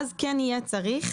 יהיה צריך